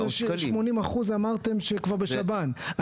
80% אמרתם שכבר בשב"ן.